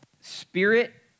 spirit